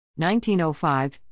1905